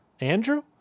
Andrew